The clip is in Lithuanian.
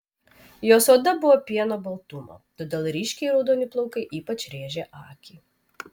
jos oda buvo pieno baltumo todėl ryškiai raudoni plaukai ypač rėžė akį